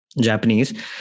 Japanese